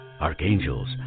archangels